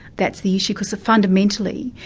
that's the issue, because fundamentally,